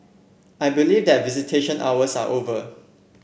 I believe that visitation hours are over